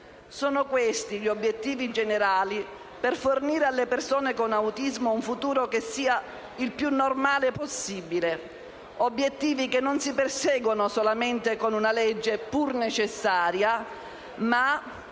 sono questi gli obiettivi generali per fornire alle persone con autismo un futuro che sia il più normale possibile. Tali obiettivi non si perseguono solamente con una legge, pur necessaria, ma